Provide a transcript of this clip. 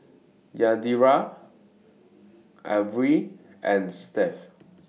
Yadira Avery and Seth